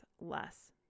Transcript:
less